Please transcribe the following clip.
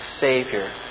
Savior